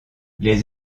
les